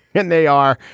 and they are.